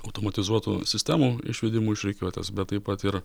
automatizuotų sistemų išvedimu iš rikiuotės bet taip pat ir